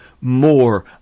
more